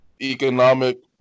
economic